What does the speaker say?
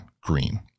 green